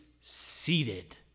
seated